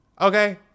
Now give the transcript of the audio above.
Okay